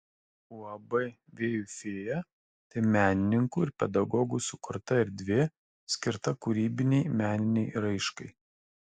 uab vėjų fėja tai menininkų ir pedagogų sukurta erdvė skirta kūrybinei meninei raiškai